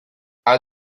are